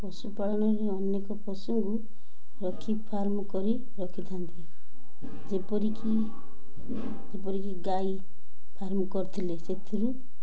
ପଶୁପାଳନରେ ଅନେକ ପଶୁଙ୍କୁ ରଖି ଫାର୍ମ କରି ରଖିଥାନ୍ତି ଯେପରିକି ଯେପରିକି ଗାଈ ଫାର୍ମ କରିଥିଲେ ସେଥିରୁ